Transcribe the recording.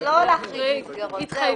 זה לא להחריג מסגרות.